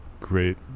great